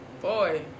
Boy